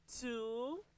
two